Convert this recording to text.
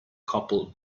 couple